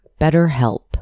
BetterHelp